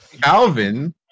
Calvin